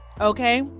Okay